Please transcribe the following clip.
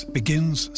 begins